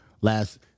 Last